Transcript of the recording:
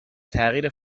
تغییر